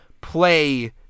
play